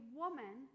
woman